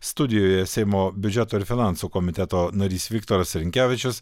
studijoje seimo biudžeto ir finansų komiteto narys viktoras rinkevičius